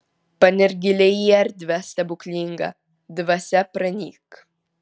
panirk giliai į erdvę stebuklingą dvasia pranyk